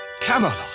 Camelot